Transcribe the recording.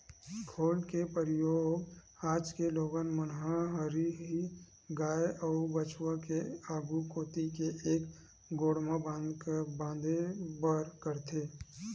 खोल के परियोग आज के लोगन मन ह हरही गाय अउ बछवा के आघू कोती के एक गोड़ म बांधे बर करथे